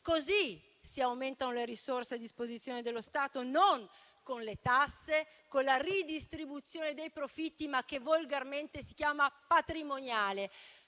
Così si aumentano le risorse a disposizione dello Stato, non con le tasse, con la ridistribuzione dei profitti, ma che volgarmente si chiama patrimoniale,